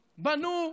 בנו,